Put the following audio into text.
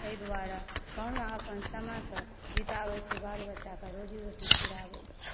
एहि दुआरे कहुना अपना समयके बिताबै छी बालबच्चाकऽ रोजी रोटी पुराबैत छी